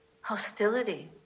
hostility